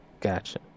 Gotcha